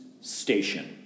station